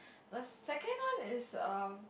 the second one is uh